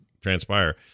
transpire